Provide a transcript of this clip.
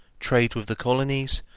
trade with the colonies,